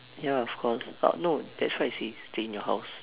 ya of course but no that's why I say stay in your house